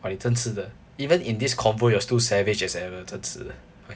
!wah! 你真是的 even in this convo you're still savage as ever 真是的